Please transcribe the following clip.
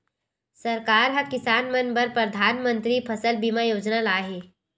सरकार ह किसान मन बर परधानमंतरी फसल बीमा योजना लाए हे